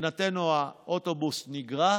מבחינתנו האוטובוס נגרע,